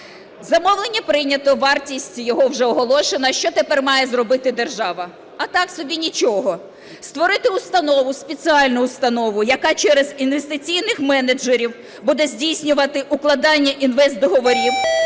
Замовлення прийнято, вартість його вже оголошена. Що тепер має зробити держава? А так собі нічого. Створити установу, спеціальну установу, яка через інвестиційних менеджерів буде здійснювати укладання інвестдоговорів,